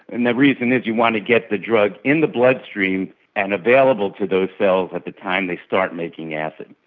and the reason is you want to get the drug in the bloodstream and available to those cells at the time they start making acid.